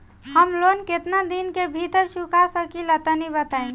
हम लोन केतना दिन के भीतर चुका सकिला तनि बताईं?